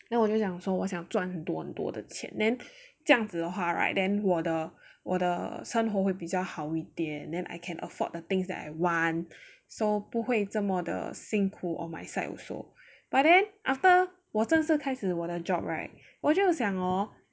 然后我就讲说我想赚很多很多的钱 then 这样子的话 right then 我的我的生活会比较好一点 then I can afford the things that I want so 不会这么的辛苦 on my side also but then after 我正是开始我的 job right 我就想 hor